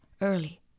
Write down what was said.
early